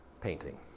painting